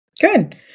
Good